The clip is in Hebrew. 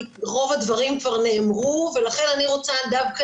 כי רוב הדברים כבר נאמרו ולכן אני רוצה דווקא